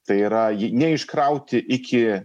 tai yra ji ne iškrauti iki